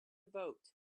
vote